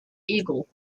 eagle